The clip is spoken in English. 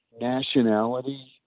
nationality